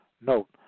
Note